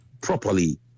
properly